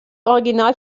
original